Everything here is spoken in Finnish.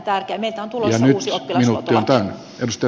meiltä on tulossa uusi oppilashuoltolaki